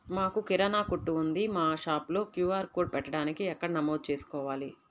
మాకు కిరాణా కొట్టు ఉంది మా షాప్లో క్యూ.ఆర్ కోడ్ పెట్టడానికి ఎక్కడ నమోదు చేసుకోవాలీ?